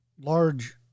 large